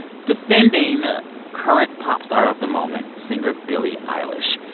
defending current pop star of the moment singer billie eilish.